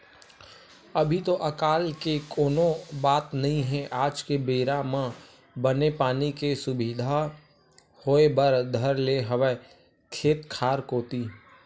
अभी तो अकाल के कोनो बात नई हे आज के बेरा म बने पानी के सुबिधा होय बर धर ले हवय खेत खार कोती